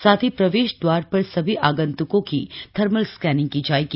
साथ ही प्रवेश द्वार पर सभी आगंतुकों का थर्मल स्कैनिंग की जायेगी